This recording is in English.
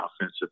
offensive